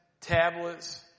tablets